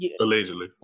Allegedly